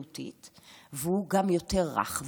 והוא הרבה יותר רך,